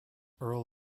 earl